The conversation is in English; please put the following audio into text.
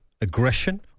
aggression